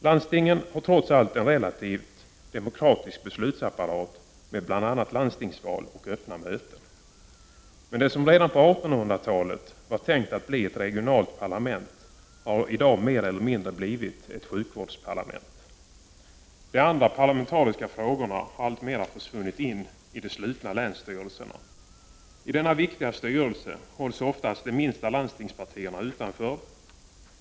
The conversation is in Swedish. Landstingen har trots allt en relativt demokratisk beslutsapparat med bl.a. landstingsval och öppna möten. Men det som redan på 1800-talet var tänkt att bli ett regionalt parlament har i dag mer eller mindre blivit ett sjukvårdsparlament. De andra parlamentariska frågorna har alltmer försvunnit in i de slutna länsstyrelserna. I dessa viktiga styrelser hålls oftast de minsta landstingspartierna utanför.